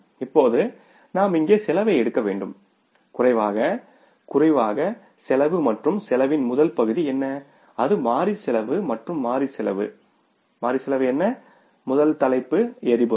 இப்போது நாம் இங்கே செலவை எடுக்க வேண்டும் குறைவாக குறைவாக செலவு மற்றும் செலவின் முதல் பகுதி என்ன அது மாறி செலவு மற்றும் மாறி செலவு என்ன முதல் தலைப்பு எரிபொருள்